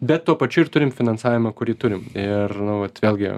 bet tuo pačiu ir turim finansavimą kurį turim ir nu vat vėlgi